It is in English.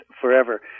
forever